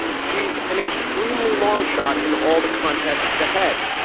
she's an extremely long shot. in all the contests ahead.